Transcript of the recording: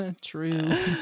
True